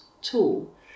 tool